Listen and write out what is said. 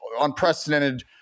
unprecedented